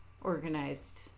organized